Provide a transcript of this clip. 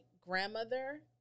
grandmother